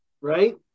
right